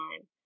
time